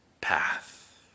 path